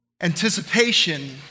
Anticipation